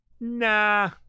nah